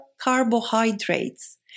carbohydrates